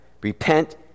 Repent